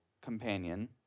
companion